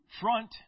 front